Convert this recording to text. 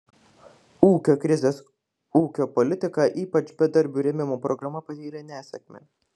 ūkio krizės ūkio politika ypač bedarbių rėmimo programa patyrė nesėkmę